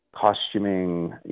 costuming